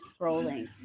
scrolling